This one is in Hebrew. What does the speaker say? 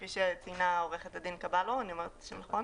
כפי שציינה עורכת קבלו אני אומרת את השם נכון?